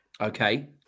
Okay